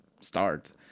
start